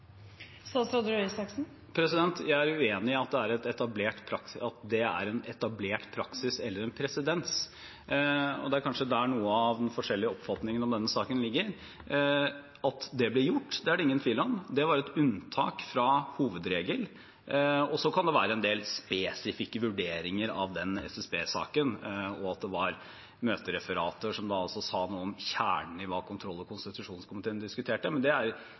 Jeg er uenig i at det er en etablert praksis eller en presedens, og det er kanskje der noe av de ulike oppfatningene av denne saken ligger. At det ble gjort, er det ingen tvil om, men det var et unntak fra hovedregelen. Så kan det være en del spesifikke vurderinger av SSB-saken, og at det var møtereferater som sa noe om kjernen i det kontroll- og konstitusjonskomiteen diskuterte, men det er